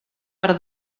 per